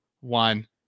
one